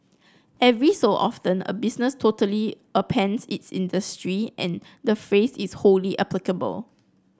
every so often a business totally upends its industry and the phrase is wholly applicable